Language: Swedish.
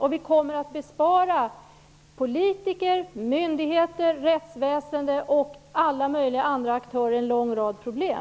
Vi kommer därmed att bespara politiker, myndigheter, rättsväsende och alla möjliga andra aktörer en lång rad problem.